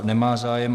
Nemá zájem.